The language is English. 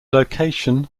location